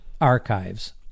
archives